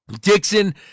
Dixon